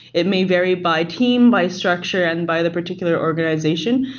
it may vary by team, by structure, and by the particular organization.